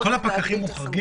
כל הפקחים מוחרגים?